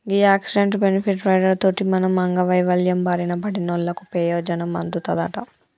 గీ accident, benefit rider తోటి మనం అంగవైవల్యం బారిన పడినోళ్ళకు పెయోజనం అందుతదంట